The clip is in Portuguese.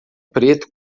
preto